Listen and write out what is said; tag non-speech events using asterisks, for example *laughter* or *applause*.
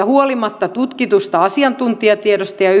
*unintelligible* huolimatta tutkitusta asiantuntijatiedosta ja ja *unintelligible*